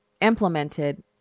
Implemented